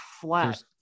flat